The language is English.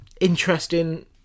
interesting